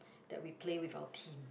that we play with our team